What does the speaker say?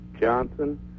Johnson